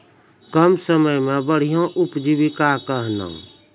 कम समय मे बढ़िया उपजीविका कहना?